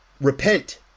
repent